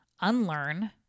unlearn